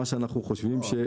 אנחנו חושבים,